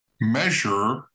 measure